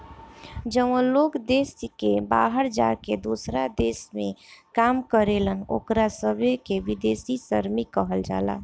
जवन लोग देश के बाहर जाके दोसरा देश में काम करेलन ओकरा सभे के विदेशी श्रमिक कहल जाला